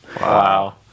Wow